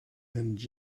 and